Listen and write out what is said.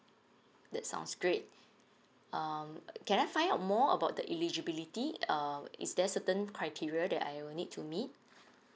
that sounds great um can I find out more about the eligibility um is there certain criteria that I will need to meet